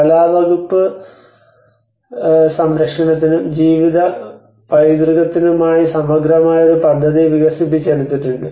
കലാ വകുപ്പ് സംരക്ഷണത്തിനും ജീവിതപൈതൃകത്തിനുമായി സമഗ്രമായ ഒരു പദ്ധതി വികസിപ്പിച്ചെടുത്തിട്ടുണ്ട്